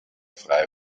frei